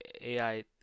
AI